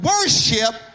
worship